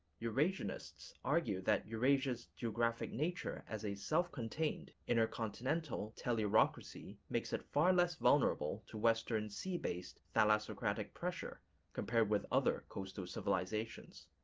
eurasianists argue that eurasia's geographic nature as a self-contained, inner continental tellurocracy makes it far less vulnerable to western sea-based thalassocratic pressure compared with other coastal civilizations.